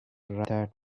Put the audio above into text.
right